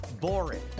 boring